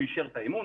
הוא אישר את האימון.